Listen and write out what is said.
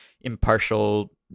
impartial